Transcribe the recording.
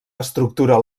estructura